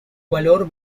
valor